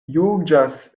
juĝas